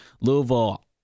louisville